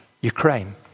Ukraine